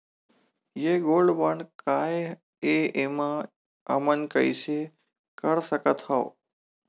ये gold bond काय ए एमा हमन कइसे कर सकत हव?